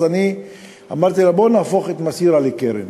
אז אני אמרתי לה, בואי נהפוך את "מסירה" לקרן,